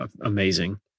amazing